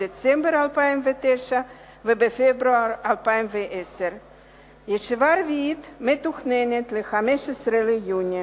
בדצמבר 2009 ובפברואר 2010. ישיבה רביעית מתוכננת ל-15 ביוני.